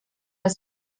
raz